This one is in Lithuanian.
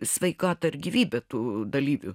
sveikatą ir gyvybę tų dalyvių